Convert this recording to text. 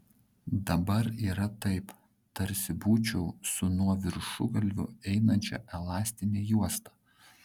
dabar yra taip tarsi būčiau su nuo viršugalvio einančia elastine juosta